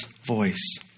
voice